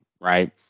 right